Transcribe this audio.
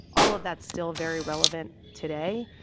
all of that's still very relevant today,